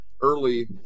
early